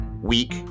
week